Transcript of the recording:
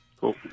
Cool